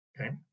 Okay